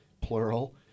plural